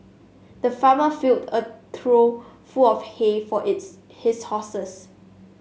the farmer filled a trough full of hay for its his horses